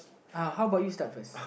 ah how about you start first